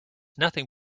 nothing